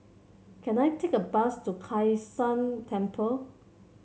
can I take a bus to Kai San Temple